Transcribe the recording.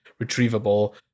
retrievable